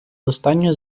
останню